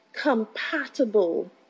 compatible